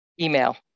Email